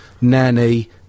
Nanny